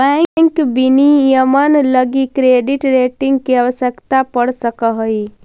bank विनियमन लगी credit rating के आवश्यकता पड़ सकऽ हइ